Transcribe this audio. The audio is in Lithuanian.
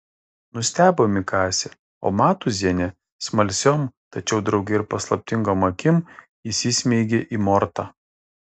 nustebo mikasė o matūzienė smalsiom tačiau drauge ir paslaptingom akim įsismeigė į mortą